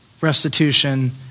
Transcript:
restitution